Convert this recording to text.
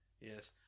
yes